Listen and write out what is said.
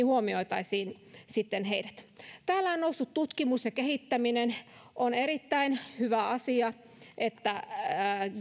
huomioitaisiin heidät täällä on noussut tutkimus ja kehittäminen on erittäin hyvä asia että